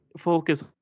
focus